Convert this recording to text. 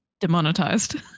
Demonetized